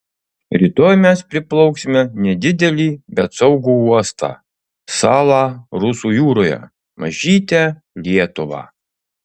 rytoj mes priplauksime nedidelį bet saugų uostą salą rusų jūroje mažytę lietuvą